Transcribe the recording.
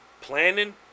Planning